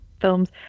films